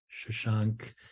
Shashank